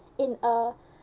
in a